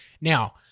now